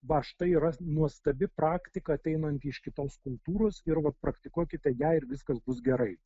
va štai yra nuostabi praktika ateinanti iš kitos kultūros ir vat praktikuokite ją ir viskas bus gerai